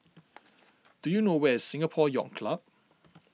do you know where is Singapore Yacht Club